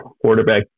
quarterback